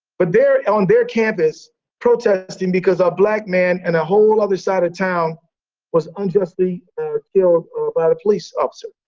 but they're on their campus protesting because a black man on and a whole other side of town was unjustly killed by the police officer.